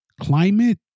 climate